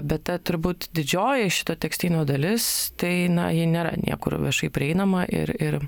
bet ta turbūt didžioji šito tekstyno dalis tai na ji nėra niekur viešai prieinama ir ir